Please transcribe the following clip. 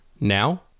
Now